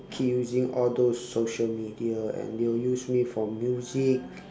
keep using all those social media and they will use me for music